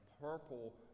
purple